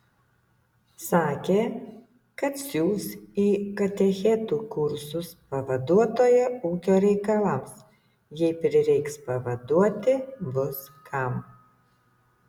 sakė kad siųs į katechetų kursus pavaduotoją ūkio reikalams jei prireiks pavaduoti bus kam